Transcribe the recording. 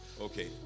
Okay